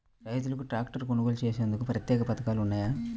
రైతులకు ట్రాక్టర్లు కొనుగోలు చేసేందుకు ప్రత్యేక పథకాలు ఉన్నాయా?